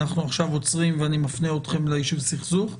אנחנו עכשיו עוצרים ואני מפנה אתכם ליישוב סכסוך,